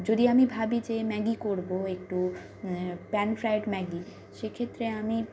যদি আমি ভাবি যে ম্যাগি করবো একটু প্যান ফ্রায়েড ম্যাগি সেক্ষেত্রে আমি